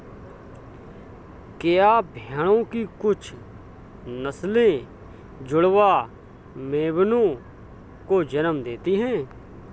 क्या भेड़ों की कुछ नस्लें जुड़वा मेमनों को जन्म देती हैं?